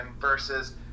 versus